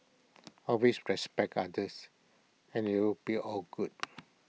always respect others and IT will be all good